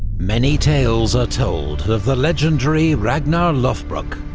many tales are told of the legendary ragnar lodbrok.